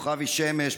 כוכבי שמש,